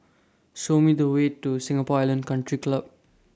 Show Me The Way to Singapore Island Country Club